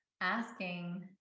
asking